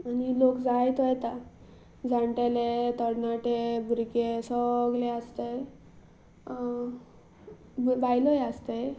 आनी लोक जायतो येता जाणटेले तरणाटे भुरगे सगले आसतात बायलोय आसतात